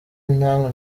namwe